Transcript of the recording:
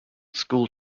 school